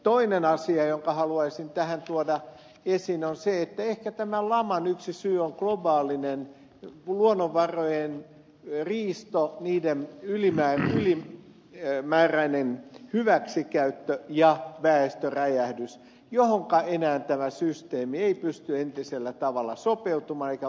toinen asia jonka haluaisin tuoda esiin on se että ehkä tämän laman yksi syy on globaalinen luonnonvarojen riisto niiden ylenmääräinen hyväksikäyttö ja väestönräjähdys johonka enää tämä systeemi ei pysty entisellä tavalla sopeutumaan eikä vastaamaan